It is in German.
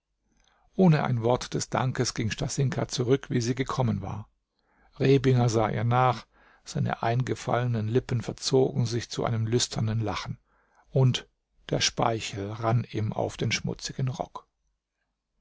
ohne ein wort des dankes ging stasinka zurück wie sie gekommen war rebinger sah ihr nach seine eingefallenen lippen verzogen sich zu einem lüsternen lachen und der speichel rann ihm auf den schmutzigen rock